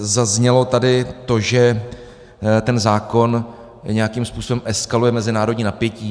Zaznělo tady to, že zákon nějakým způsobem eskaluje mezinárodní napětí.